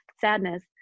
sadness